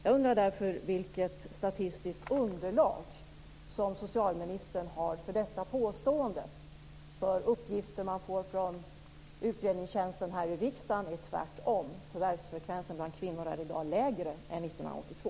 Jag undrar vilket statistiskt underlag som socialministern har för detta påstående. De uppgifter man får från utredningstjänsten här i riksdagen säger tvärtom att förvärvsfrekvensen bland kvinnor i dag är lägre än 1982.